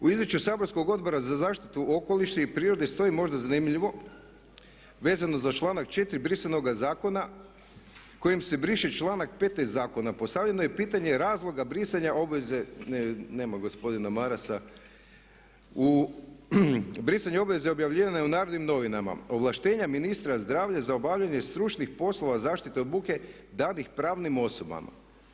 U izvješću saborskog Odbora za zaštitu okoliša i prirode stoji možda zanimljivo vezano za članak 4. brisanoga zakona kojim se briše članak 5. zakona, postavljeno je pitanje razloga brisanja obveze, nema gospodina Marasa, brisanje obveze objavljivanja u Narodnim novinama, ovlaštenja ministra zdravlja za obavljanje stručnih poslova zaštite od buke danih pravnim osobama.